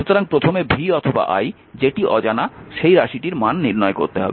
সুতরাং প্রথমে v অথবা i যেটি অজানা সেই রাশিটির মান নির্ণয় করতে হবে